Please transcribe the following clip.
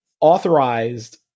authorized